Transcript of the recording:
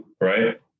right